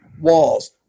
walls